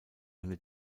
eine